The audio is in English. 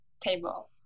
table